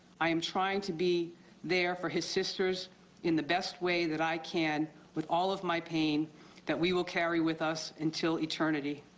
i am trying to be there for his sisters in the best way that i can with all of my pain that we will carry with us until eternity.